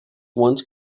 once